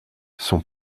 son